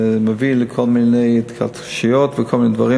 זה מביא לכל מיני התכתשויות וכל מיני דברים.